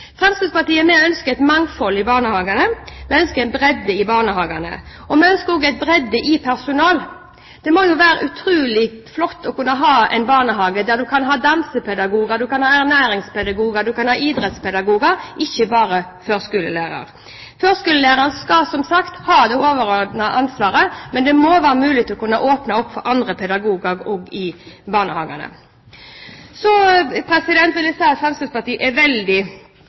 Fremskrittspartiet ønsker et mangfold i barnehagene, og vi ønsker en bredde i barnehagene. Vi ønsker også en bredde når det gjelder personalet. Det må jo være utrolig flott å kunne ha en barnehage der man kan ha dansepedagoger, man kan ha ernæringspedagoger, man kan ha idrettspedagoger – ikke bare førskolelærere. Førskolelæreren skal, som sagt, ha det overordnede ansvaret, men det må være mulig å åpne opp for andre pedagoger også i barnehagene. Så vil jeg si at Fremskrittspartiet er veldig